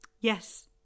Yes